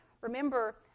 remember